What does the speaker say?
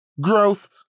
Growth